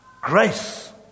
grace